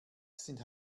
sind